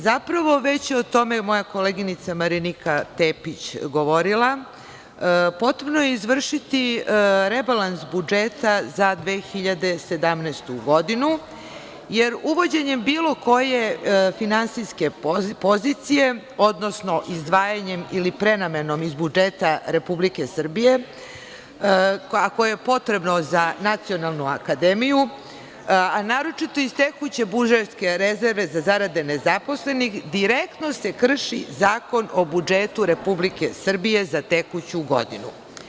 Zapravo, već je o tome moja koleginica Marinika Tepić govorila, potrebno je izvršiti rebalans budžeta za 2017. godinu, jer uvođenjem bilo koje finansijske pozicije, odnosno izdvajanjem ili prenamenom iz budžeta Republike Srbije, ako je potrebno za Nacionalnu akademiju, a naročito iz tekuće budžetske rezerve za zarade nezaposlenih, direktno se krši Zakon o budžetu Republike Srbije za tekuću godinu.